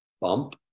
bump